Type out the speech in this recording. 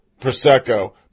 prosecco